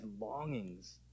longings